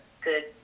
good